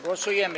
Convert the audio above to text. Głosujemy.